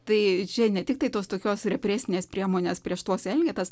tai čia ne tiktai tos tokios represinės priemonės prieš tuos elgetas